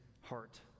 heart